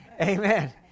Amen